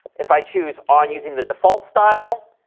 if i choose on using the default style,